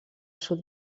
sud